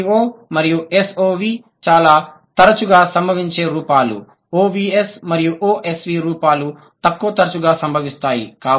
SVO మరియు SOV చాలా తరచుగా సంభవించే రూపాలు OVS మరియు OSV రూపాలు తక్కువ తరచుగా సంభవిస్తాయి